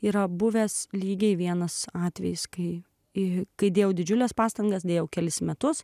yra buvęs lygiai vienas atvejis kai į kai dėjau didžiules pastangas dėjau kelis metus